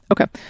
Okay